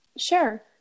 Sure